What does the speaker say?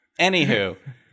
Anywho